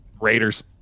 Raiders